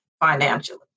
financially